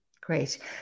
Great